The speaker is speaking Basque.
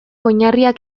oinarriak